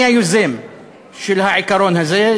אני היוזם של העיקרון הזה,